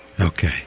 Okay